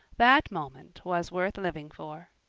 that moment was worth living for.